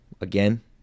again